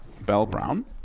Bell-Brown